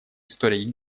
истории